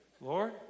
Lord